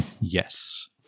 Yes